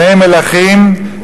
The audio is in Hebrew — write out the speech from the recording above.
בני מלכים,